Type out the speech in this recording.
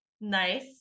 nice